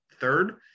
third